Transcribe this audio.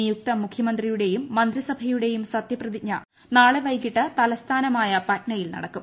നിയുക്ത മുഖ്യമന്ത്രിയുടെയും മന്ത്രിസഭയുടെയും സത്യപ്രതിജ്ഞ നാളെ വൈകിട്ട് തലസ്ഥാനമായ പറ്റ്നയിൽ നടക്കും